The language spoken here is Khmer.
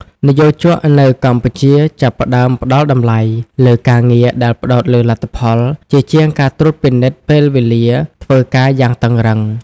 និយោជកនៅកម្ពុជាចាប់ផ្តើមផ្តល់តម្លៃលើការងារដែលផ្ដោតលើលទ្ធផល ជាជាងការត្រួតពិនិត្យពេលវេលាធ្វើការយ៉ាងតឹងរ៉ឹង។